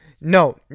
No